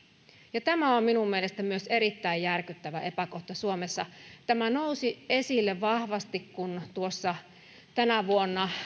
ja tämä on minun mielestäni myös erittäin järkyttävä epäkohta suomessa tämä nousi esille vahvasti kun tänä vuonna